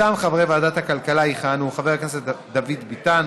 מטעם ועדת הכלכלה יכהנו חבר הכנסת דוד ביטן,